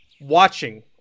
watching